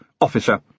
Officer